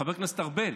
חבר הכנסת ארבל,